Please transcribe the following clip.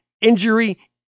injury